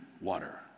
water